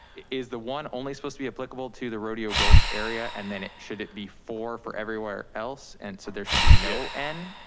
is the one only supposed to be applicable to the rodeo gulch area? and then it should it be four for everywhere else and so there should be no n?